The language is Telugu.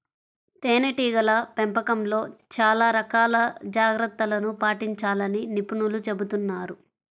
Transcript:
తేనెటీగల పెంపకంలో చాలా రకాల జాగ్రత్తలను పాటించాలని నిపుణులు చెబుతున్నారు